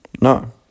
No